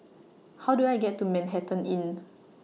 How Do I get to Manhattan Inn